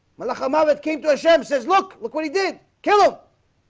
mohammed came to hashem says look look what he did kill him.